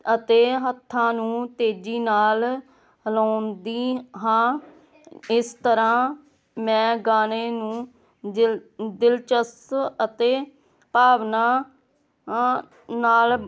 ਅਤੇ ਹੱਥਾਂ ਨੂੰ ਤੇਜ਼ੀ ਨਾਲ ਹਿਲਾਉਂਦੀ ਹਾਂ ਇਸ ਤਰ੍ਹਾਂ ਮੈਂ ਗਾਣੇ ਨੂੰ ਦਿਲ ਦਿਲਚਸ ਅਤੇ ਭਾਵਨਾ ਨਾਲ